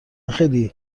خیلی